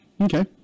Okay